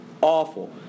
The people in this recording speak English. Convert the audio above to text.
Awful